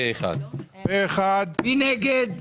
מי נגד?